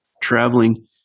traveling